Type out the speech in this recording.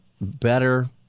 better